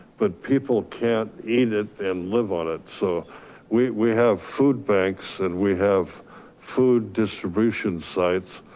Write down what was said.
but people can't eat it and live on it. so we we have food banks, and we have food distribution sites,